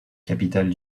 capitale